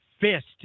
fist